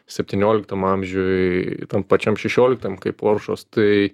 septynioliktam amžiuj tam pačiam šešioliktam kaip oršos tai